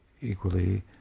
equally